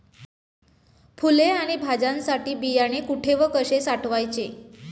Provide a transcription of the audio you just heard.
फुले आणि भाज्यांसाठी बियाणे कुठे व कसे साठवायचे?